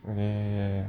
ya ya